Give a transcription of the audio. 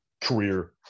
career